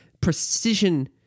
precision